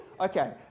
Okay